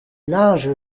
linge